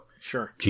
Sure